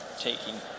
taking